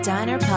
Diner